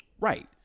Right